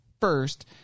first